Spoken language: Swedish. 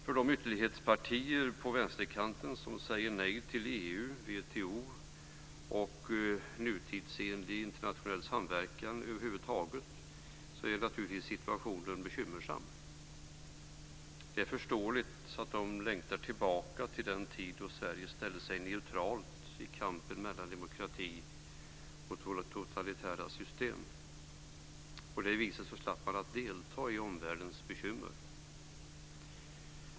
För de ytterlighetspartier på vänsterkanten som säger nej till EU, WTO och nutidsenlig internationell samverkan över huvud taget är situationen naturligtvis bekymmersam. Det är förståeligt att de längtar tillbaka till den tid då Sverige ställde sig neutralt i kampen mellan demokrati och totalitära system. På det viset slapp man delta i omvärldens bekymmer.